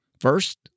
First